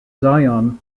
zion